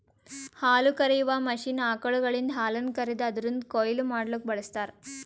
ಹಾಲುಕರೆಯುವ ಮಷೀನ್ ಆಕಳುಗಳಿಂದ ಹಾಲನ್ನು ಕರೆದು ಅದುರದ್ ಕೊಯ್ಲು ಮಡ್ಲುಕ ಬಳ್ಸತಾರ್